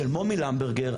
של מומי למברגר,